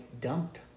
dumped